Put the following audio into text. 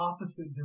opposite